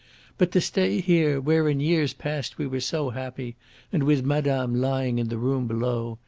but to stay here where in years past we were so happy and with madame lying in the room below.